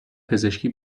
پزشکی